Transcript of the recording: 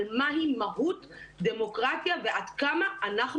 על מה היא מהות דמוקרטיה ועד כמה אנחנו